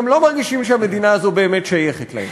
והם גם לא מרגישים שהמדינה הזו באמת שייכת להם.